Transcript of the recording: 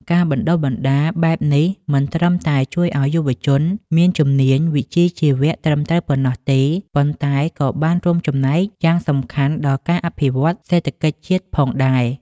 ការបណ្តុះបណ្តាលបែបនេះមិនត្រឹមតែជួយឱ្យយុវជនមានជំនាញវិជ្ជាជីវៈត្រឹមត្រូវប៉ុណ្ណោះទេ ប៉ុន្តែក៏បានរួមចំណែកយ៉ាងសំខាន់ដល់ការអភិវឌ្ឍសេដ្ឋកិច្ចជាតិផងដែរ។